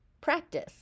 practice